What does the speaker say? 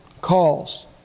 calls